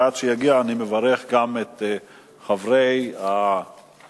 ועד שיגיע אני מברך גם את חברי המרכז